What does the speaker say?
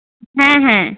হ্যাঁ হ্যাঁ